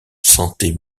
santé